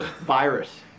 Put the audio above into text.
virus